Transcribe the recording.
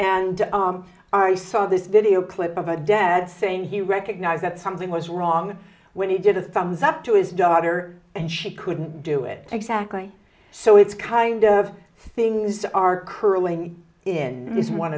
and i saw this video clip of a dead saying he recognized that something was wrong when he did a thumbs up to his daughter and she couldn't do it exactly so it's kind of things are curling in is one